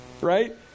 right